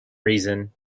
reason